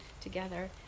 together